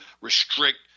restrict